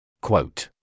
Quote